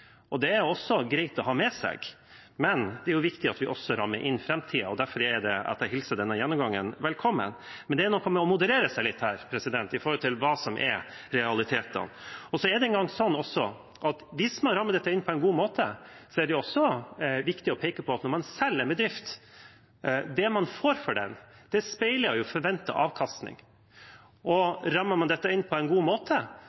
Det er også greit å ha med seg. Men det er viktig at vi også rammer inn framtiden, og det er derfor jeg hilser denne gjennomgangen velkommen. Likevel er det noe med å moderere seg litt med tanke på hva som er realitetene. Det er også viktig å peke på at når man selger en bedrift, speiler det man får for den, forventet avkastning. Og rammer man dette inn på en god måte, vil dette også automatisk ivaretas. Så representanten Moxnes tar her feil, og jeg mener at vi har en god politikk på dette området. Jeg